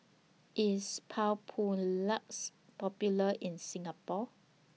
IS Papulex Popular in Singapore